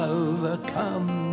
overcome